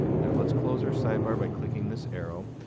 now, let's close our sidebar by clicking this arrow.